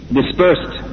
dispersed